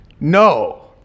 no